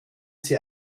sie